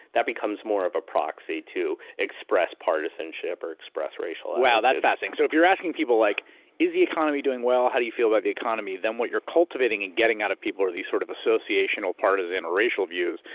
that becomes more of a proxy to express partisanship or express racial attitudes. and wow, that's fascinating. so if you're asking people like if the economy doing well, how do you feel about the economy, then what you're cultivating and getting out of people are these sort of associational partisan or racial views.